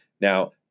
Now